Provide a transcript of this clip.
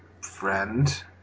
friend